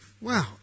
Wow